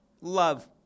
Love